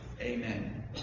Amen